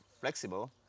flexible